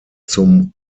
zum